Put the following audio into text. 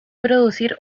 producir